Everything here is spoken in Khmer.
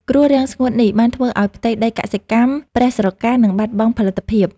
គ្រោះរាំងស្ងួតនេះ បានធ្វើឱ្យផ្ទៃដីកសិកម្មប្រេះស្រកា និងបាត់បង់ផលិតភាព។